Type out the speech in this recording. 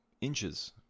Inches